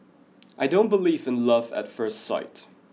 I don't believe in love at first sight